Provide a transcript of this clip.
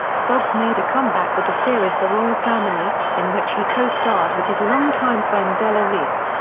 foxx made a comeback with the series the royal family, in which he co-starred with his long-time friend della reese.